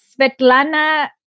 Svetlana